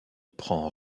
prend